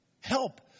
help